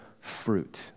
fruit